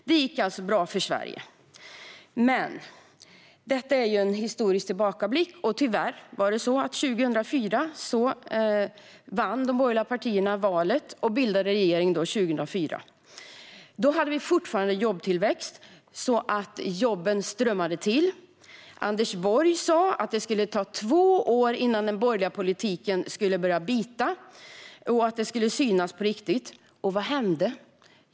Det gick alltså bra för Sverige. Men detta är ju en historisk tillbakablick. Tyvärr var det så att år 2004 vann de borgerliga partierna valet och bildade regering. Då hade vi fortfarande jobbtillväxt. Jobben strömmade till. Anders Borg sa att det skulle ta två år innan den borgerliga politiken skulle börja bita och synas på riktigt. Och vad hände?